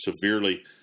severely